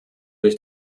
sich